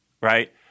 right